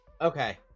Okay